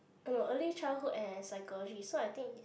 no early childhood and psychology so I think is